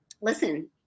listen